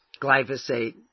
glyphosate